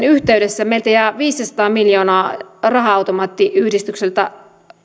yhteydessä meillä jää viisisataa miljoonaa raha automaattiyhdistykseltä